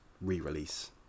re-release